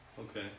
Okay